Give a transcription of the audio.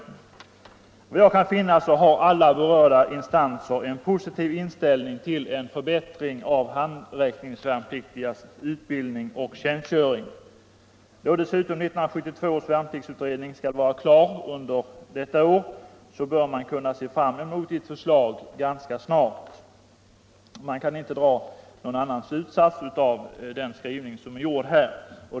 Efter vad jag kan finna har alla berörda instanser en positiv inställning till en förbättring av handräckningsvärnpliktigas utbildning och tjänstgöring. Då dessutom också 1972 års värnpliktsutredning skall vara klar under detta år, bör man kunna se fram mot ett förslag ganska snart. Man kan av utskottets skrivning inte dra någon annan slutsats.